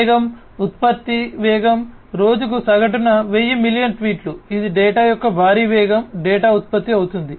వేగం ఉత్పత్తి వేగం రోజుకు సగటున 100 మిలియన్ల ట్వీట్లు ఇది డేటా యొక్క భారీ వేగం డేటా ఉత్పత్తి అవుతుంది